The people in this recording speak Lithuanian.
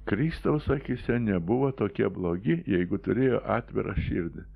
kristaus akyse nebuvo tokie blogi jeigu turėjo atvirą širdį